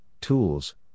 tools